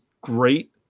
great